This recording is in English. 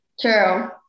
True